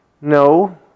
No